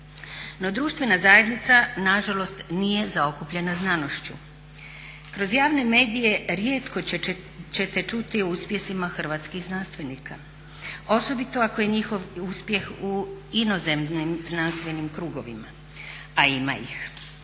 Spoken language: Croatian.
No, društvena zajednica nažalost nije zaokupljena znanošću. Kroz javne medije rijetko ćete čuti o uspjesima hrvatskih znanstvenika osobito ako je njihov uspjeh u inozemnim znanstvenim krugovima a ima ih.